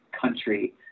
country